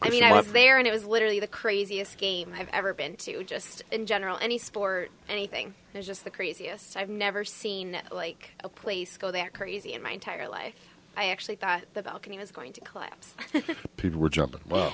i mean i went there and it was literally the craziest game i've ever been to just in general any sport anything just the craziest i've never seen like a place go there crazy in my entire life i actually thought the balcony was going to collapse